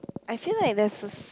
I feel like there's a